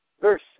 verse